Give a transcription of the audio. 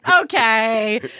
Okay